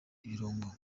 ibirungo